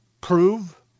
prove